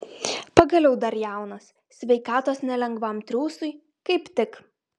pagaliau dar jaunas sveikatos nelengvam triūsui kaip tik